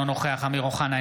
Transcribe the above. אינו נוכח אמיר אוחנה,